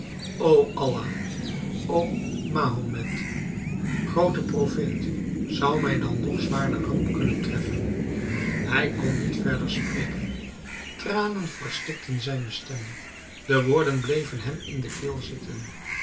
o allah o mahomet groote profeet zou mij nog zwaarder ramp kunnen treffen hij kon niet verder spreken tranen verstikten zijne stem de woorden bleven hem in de keel zitten